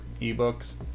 e-books